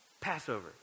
Passover